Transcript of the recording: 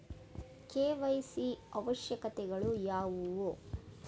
KYC ಅವಶ್ಯಕತೆಗಳು ಯಾವುವು?